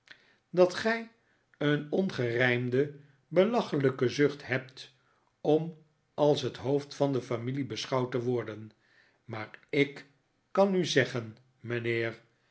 dat gij een ongerijmde belachelijke zucht hebt om als het hoofd van de familie beschouwd te worden maar ik kan u zeggen mijnheer